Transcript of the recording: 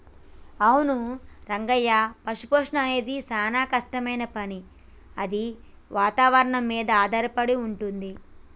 అవును రంగయ్య పశుపోషణ అనేది సానా కట్టమైన పని అది వాతావరణం మీద ఆధారపడి వుంటుంది